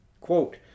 Quote